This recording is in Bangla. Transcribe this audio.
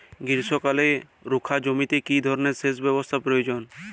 গ্রীষ্মকালে রুখা জমিতে কি ধরনের সেচ ব্যবস্থা প্রয়োজন?